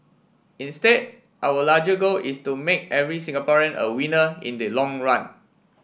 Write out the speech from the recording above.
instead our larger goal is to make every Singaporean a winner in the long run